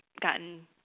gotten